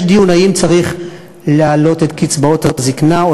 יש דיון אם צריך להעלות את קצבאות הזיקנה או